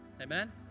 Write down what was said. Amen